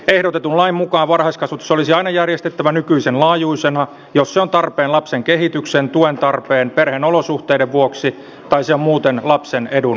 ehdotetun lain mukaan varhaiskasvatus olisi aina järjestettävä nykyisen laajuisena jos se on tarpeen lapsen kehityksen tuen tarpeen tai perheen olosuhteiden vuoksi tai se on muuten lapsen edun mukaista